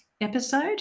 episode